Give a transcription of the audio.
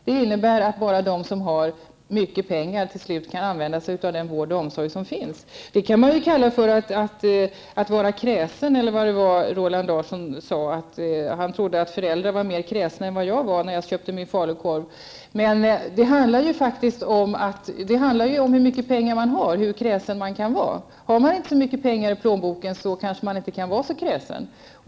Det innebär att det till slut bara är de som har mycket pengar som kan använda sig av den vård och omsorg som finns. Man kan ju säga att detta handlar om att vara kräsen, på samma sätt som Roland Larsson trodde att föräldrarna när det gäller barnomsorg var mer kräsna än vad jag var när jag köpte min falukorv. Men det som är avgörande för hur kräsen man kan vara är ju faktiskt hur mycket pengar man har. Har man inte så mycket pengar i plånboken kanske man inte kan vara så kräsen.